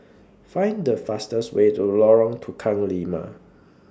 Find The fastest Way to Lorong Tukang Lima